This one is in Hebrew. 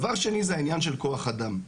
דבר שני זה העניין של כח אדם.